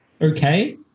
okay